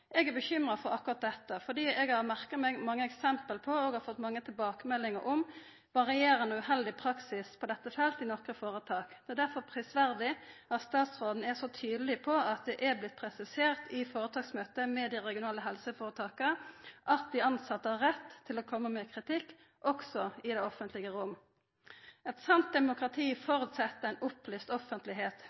Eg er bekymra for akkurat dette fordi eg har merka meg mange eksempel på og fått mange tilbakemeldingar om varierande og uheldig praksis på dette feltet i nokre føretak. Det er derfor prisverdig at statsråden er så tydeleg på at det er blitt presisert i føretaksmøta med dei regionale helseføretaka at dei tilsette har rett til å komma med kritikk, også i det offentlege rom. Eit sant demokrati føreset ei opplyst offentlegheit.